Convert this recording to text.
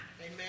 Amen